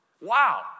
Wow